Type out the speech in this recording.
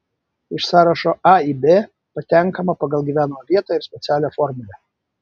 iš sąrašo a į b patenkama pagal gyvenamą vietą ir specialią formulę